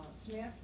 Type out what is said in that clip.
Smith